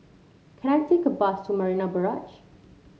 can I take a bus to Marina Barrage